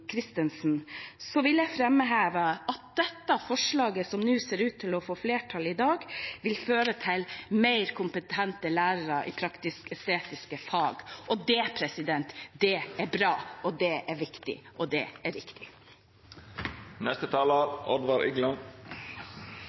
skolen. Så i motsetning til representanten Kristensen vil jeg framheve at dette forslaget, som nå ser ut til å få flertall i dag, vil føre til mer kompetente lærere i praktisk-estetiske fag. Det er bra, det er viktig, og det er